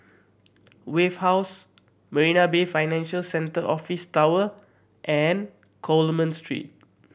Wave House Marina Bay Financial Centre Office Tower and Coleman Street